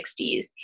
1960s